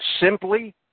simply